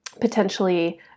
potentially